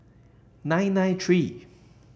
nine nine three